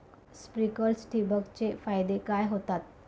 Sprinklers ठिबक चे फायदे काय होतात?